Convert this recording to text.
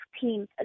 team